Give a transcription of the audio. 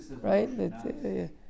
right